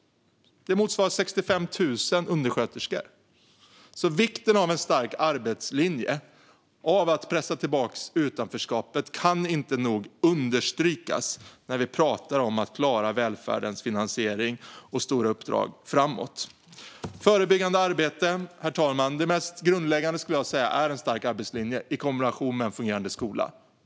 Det motsvarar 65 000 undersköterskor. Vikten av en stark arbetslinje och av att pressa tillbaka utanförskapet kan alltså inte nog understrykas när vi pratar om att klara välfärdens finansiering och stora uppdrag framåt. När det gäller förebyggande arbete, herr talman, skulle jag säga att det mest grundläggande är en stark arbetslinje i kombination med en fungerande skola.